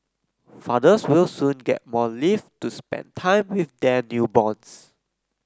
fathers will soon get more leave to spend time with their newborns